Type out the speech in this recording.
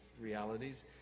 realities